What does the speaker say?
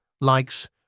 likes